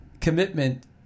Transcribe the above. commitment